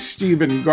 Stephen